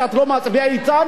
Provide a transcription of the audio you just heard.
אף-על-פי שאת לא מצביעה אתנו,